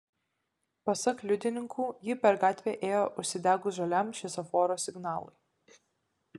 pasak liudininkų ji per gatvę ėjo užsidegus žaliam šviesoforo signalui